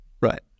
right